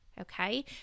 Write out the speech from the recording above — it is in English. okay